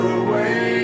away